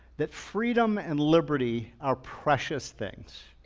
that freedom and liberty are precious things,